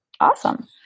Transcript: Awesome